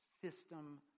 system